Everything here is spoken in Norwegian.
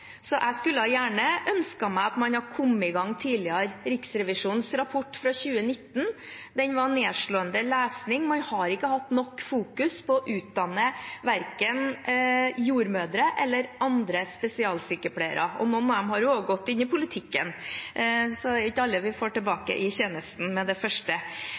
Jeg skulle gjerne ønsket meg at man hadde kommet i gang tidligere. Riksrevisjonens rapport fra 2019 var nedslående lesning. Man har ikke hatt nok fokus på å utdanne verken jordmødre eller andre spesialsykepleiere. Noen av dem har også gått inn i politikken, så det er ikke alle vi får tilbake i tjenesten med det første.